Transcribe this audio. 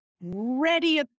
ready